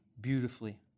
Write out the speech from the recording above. beautifully